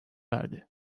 verdi